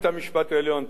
תרשה לי לתקן,